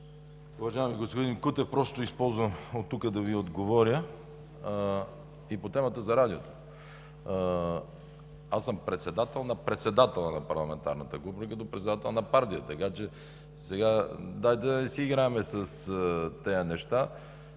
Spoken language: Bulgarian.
Уважаеми господин Кутев, използвам оттук да Ви отговоря и по темата за радиото. Аз съм председател на председателя на парламентарната група и като председател на партията. Така че, дайте да не си играем с тези неща.